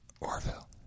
Orville